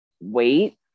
wait